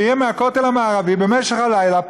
שיהיה מהכותל המערבי במשך הלילה,